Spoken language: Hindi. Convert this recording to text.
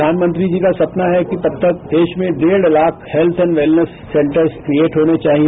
प्रधानमंत्री जी का सपना है कि तब तक देश में डेढ़ lakh health and wellness centres create होने चाहिए